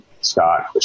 Scott